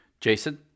jason